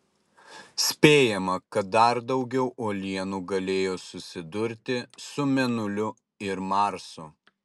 spėjama kad dar daugiau uolienų galėjo susidurti su mėnuliu ir marsu